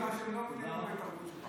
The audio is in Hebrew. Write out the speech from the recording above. לכך שהם לא מעוניינים בהתערבות שלך.